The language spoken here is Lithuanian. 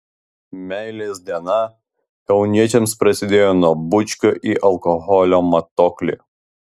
meilės diena kauniečiams prasidėjo nuo bučkio į alkoholio matuoklį